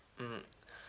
mm